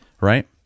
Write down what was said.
Right